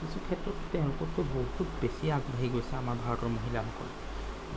কিছু ক্ষেত্ৰত তেওঁলোকতকৈ বহুত বেছি আগবাঢ়ি গৈছে আমাৰ ভাৰতৰ মহিলাসকল